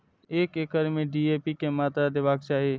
एक एकड़ में डी.ए.पी के मात्रा देबाक चाही?